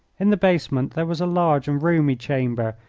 in the basement there was a large and roomy chamber,